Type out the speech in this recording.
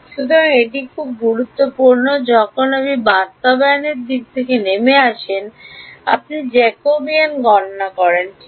সুতরাং এটি খুব গুরুত্বপূর্ণ যখন আপনি বাস্তবায়নের দিকে নেমে আসেন আপনি জ্যাকবিয়ান গণনা করেন ঠিক